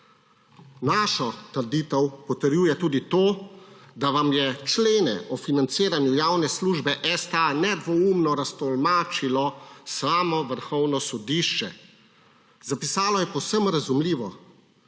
Našo trditev potrjuje tudi to, da vam je člene o financiranju javne službe STA nedvoumno raztolmačilo samo Vrhovno sodišče. Zapisalo je povsem razumljivo,